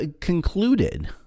concluded